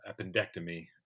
appendectomy